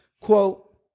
quote